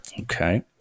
Okay